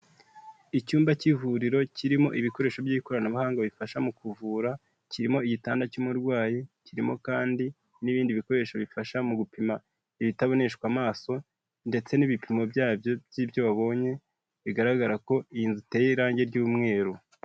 Icyumba cy'ivuriro kirimo ibikoresho by'ikoranabuhanga bifasha mu kuvura, kirimo igitanda cy'umurwayi, kirimo kandi n'ibindi bikoresho bifasha mu gupima ibitaboneshwa amaso ndetse n'ibipimo byabyo by'ibyo wabonye, bigaragara ko iyi nzu iteye irangi ry'umweru.